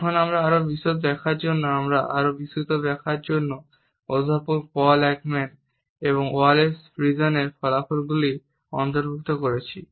এখন আরও বিশদ ব্যাখ্যার জন্য আমি আরও বিস্তৃত ব্যাখ্যার জন্য অধ্যাপক পল একম্যান এবং ওয়ালেস ফ্রিজেনের ফলাফলগুলি অন্তর্ভুক্ত করেছি